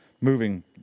moving